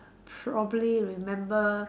probably remember